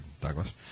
Douglas